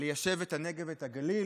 ליישב את הנגב ואת הגליל.